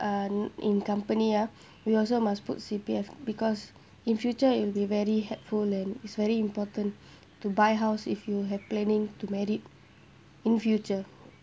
uh in company ah we also must put C_P_F because in future it will be very helpful and it's very important to buy house if you have planning to married in future